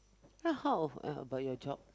ah how about your job